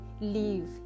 leave